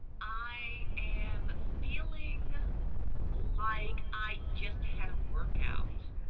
i am feeling like i just had a workout,